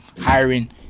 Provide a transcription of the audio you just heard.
hiring